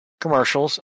commercials